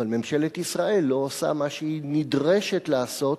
אבל ממשלת ישראל לא עושה מה שהיא נדרשת לעשות